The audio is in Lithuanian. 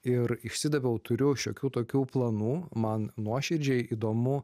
ir išsidaviau turiu šiokių tokių planų man nuoširdžiai įdomu